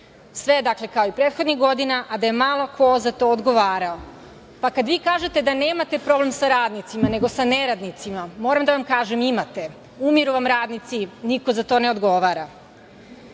je, dakle, kao i prethodnih godina, a da je malo ko za to odgovarao. Kad vi kažete da nemate problem sa radnicima nego sa neradnicima, moram da vam kažem – imate. Umiru vam radnici, niko za to ne odgovara.